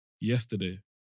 yesterday